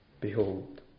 Behold